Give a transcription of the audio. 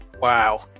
wow